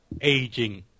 aging